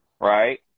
right